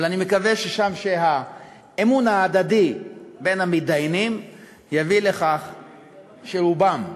אבל אני מקווה שהאמון ההדדי בין המתדיינים יביא לכך שרובם,